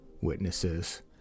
witnesses